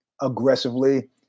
aggressively